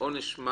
עונש של